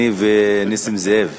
אני ונסים זאב.